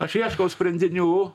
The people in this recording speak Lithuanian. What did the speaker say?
aš ieškau sprendinių